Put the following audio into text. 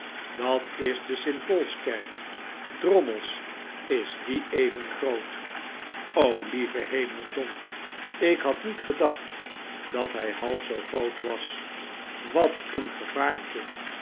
dat is de st paulskerk drommels is die even groot lieve hemel john ik had niet gedacht dat hij half zoo groot was wat een gevaarte